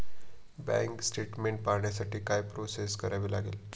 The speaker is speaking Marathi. बँक स्टेटमेन्ट पाहण्यासाठी काय प्रोसेस करावी लागेल?